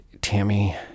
Tammy